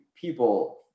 people